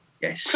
yes